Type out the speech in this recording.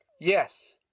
Yes